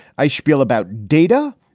i shpiel about data,